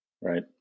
Right